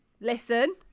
listen